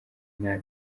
inama